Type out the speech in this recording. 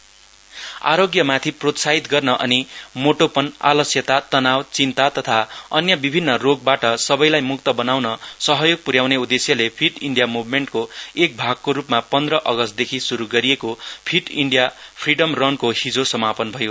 fit India freedom run आरोग्यतामाथि प्रोत्साहित गर्न अनि मोटोपन आलास्यता तनाव चिन्ता तथा अन्य विभिन्न रोगबाट सबैलाई मुक्त बनाउन सहयोग प्र्याउने उददेश्यले फिट इण्डिया मुभमेन्टको एक भागको रूपमा पन्ध अगस्तदेखि श्रू गरिएको फिट इण्डिया फ्रिडम रनको हिजो समापन भयो